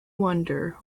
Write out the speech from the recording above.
wonder